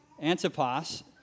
Antipas